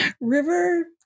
River